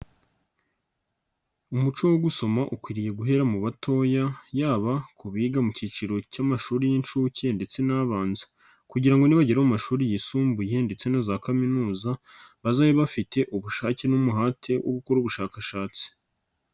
Umuco wo gusoma ukwiriye guhera mu batoya yaba ku biga mu kiciro cy'amashuri y'inshuke ndetse n'abanza kugira nibagera mu mashuri yisumbuye ndetse na za kaminuza bazabe bafite ubushake n'umuhate wo gukora ubushakashatsi.